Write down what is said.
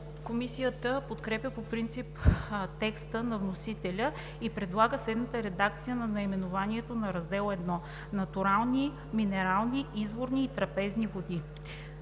Комисията подкрепя по принцип текста на вносителя и предлага следната редакция за наименованието на „Раздел І – Натурални минерални, изворни и трапезни води“.